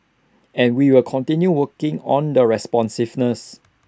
and we will continue working on the responsiveness